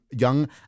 young